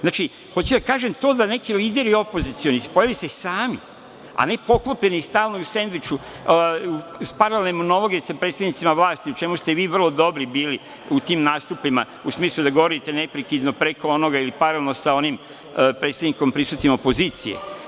Znači, hoću da kažem to da neki lideri opozicioni pojave se sami, a ne poklopljeni stalno i u sendviču, paralelne monologe sa predstavnicima vlasti u čemu ste i vi vrlo dobri bili, u tim nastupima, u smislu da govorite neprekidno preko onoga ili paralelno sa onim predstavnikom prisutnim opozicije.